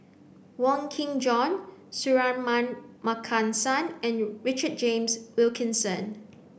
Wong Kin Jong Suratman Markasan and Richard James Wilkinson